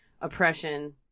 oppression